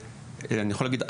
אני יכול להגיד,